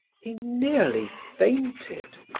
he nearly fainted.